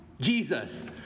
Jesus